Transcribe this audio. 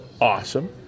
awesome